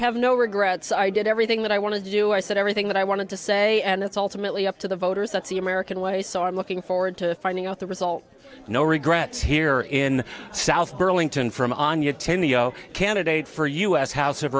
have no regrets i did everything that i want to do i said everything that i wanted to say and it's alternately up to the voters that's the american way so i'm looking forward to finding out the result no regrets here in south burlington from on your ten yo candidate for u s house of